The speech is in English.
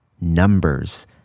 Numbers